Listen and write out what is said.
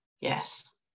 yes